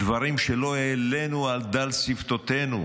דברים שלא העלינו על דל שפתותינו